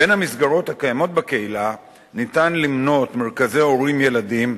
בין המסגרות הקיימות בקהילה ניתן למנות מרכזי הורים-ילדים,